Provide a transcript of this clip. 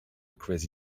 crazy